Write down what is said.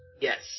Yes